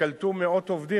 שייקלטו מאות עובדים.